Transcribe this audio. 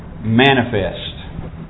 Manifest